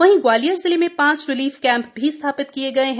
वहीं ग्वालियर जिले में पाँच रिलीफ कैम्प भी स्थापित किए गए हैं